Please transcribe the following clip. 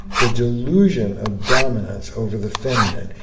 the delusion of dominance over the feminine,